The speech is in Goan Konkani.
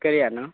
करया न्हय